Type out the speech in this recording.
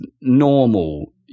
normal